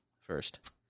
first